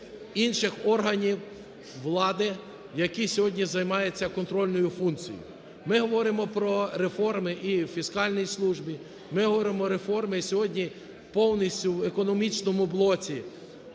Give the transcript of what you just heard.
інших органів влади, які сьогодні займаються контрольною функцією. Ми говоримо про реформи і у фіскальній службі, ми говоримо про реформи сьогодні повністю в економічному блоці